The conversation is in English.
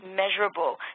measurable